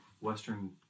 Western